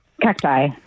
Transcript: Cacti